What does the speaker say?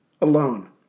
alone